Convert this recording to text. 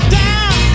down